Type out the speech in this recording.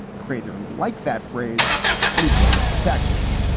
prater and liked that phrase and he brought it to texas.